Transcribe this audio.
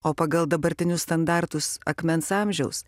o pagal dabartinius standartus akmens amžiaus